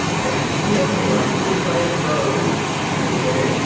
i can see okay, ah i see the price rose okay,